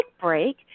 break